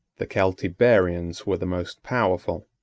the celtiberians were the most powerful,